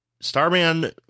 Starman